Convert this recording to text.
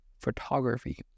photography